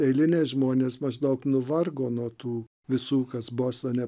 eiliniai žmonės maždaug nuvargo nuo tų visų kas bostone